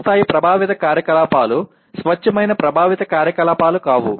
ఉన్నత స్థాయి ప్రభావిత కార్యకలాపాలు స్వచ్ఛమైన ప్రభావిత కార్యకలాపాలు కాదు